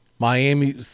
Miami